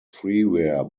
freeware